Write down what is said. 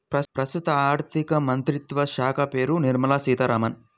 ప్రస్తుత ఆర్థికమంత్రిత్వ శాఖామంత్రి పేరు నిర్మల సీతారామన్